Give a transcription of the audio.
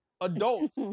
adults